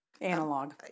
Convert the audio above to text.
analog